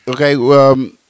Okay